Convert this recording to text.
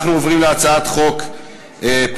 אנחנו עוברים להצעת חוק פ/500,